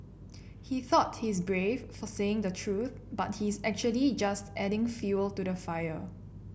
he thought he's brave for saying the truth but he's actually just adding fuel to the fire